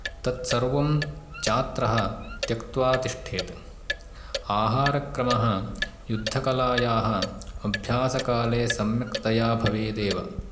तत्सर्वं छात्रः त्यक्त्वा तिष्ठेत् आहारक्रमः युद्धकलायाः अभ्यासकाले सम्यक्तया भवेदेव